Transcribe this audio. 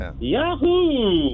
Yahoo